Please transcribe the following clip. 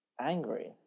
Angry